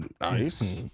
nice